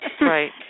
Right